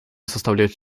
составляют